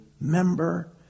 member